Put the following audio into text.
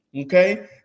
Okay